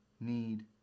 need